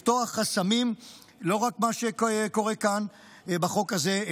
לפתוח חסמים זה לא רק מה שקורה קורה כאן ובחוק הזה,